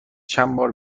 چندبار